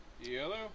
Yellow